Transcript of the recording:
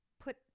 put